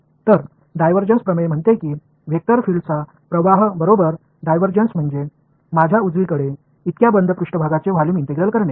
तर डायव्हर्जन्स प्रमेय म्हणते की वेक्टर फिल्डचा प्रवाह बरोबर डायव्हर्जन्स म्हणजे माझ्या उजवीकडे इतक्या बंद पृष्ठभागाचे व्हॉल्यूम इंटिग्रल करणे